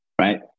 right